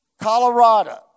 Colorado